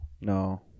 No